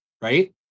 Right